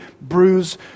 bruise